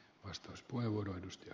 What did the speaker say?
arvoisa puhemies